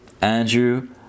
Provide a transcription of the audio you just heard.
Andrew